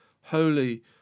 Holy